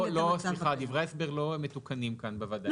את --- דברי ההסבר לא מתוקנים כאן בוועדה.